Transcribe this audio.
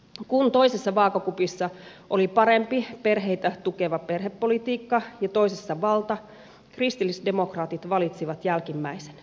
kun toisessa vaakakupissa oli parempi perheitä tukeva perhepolitiikka ja toisessa valta kristillisdemokraatit valitsivat jälkimmäisen